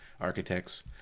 architects